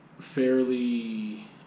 fairly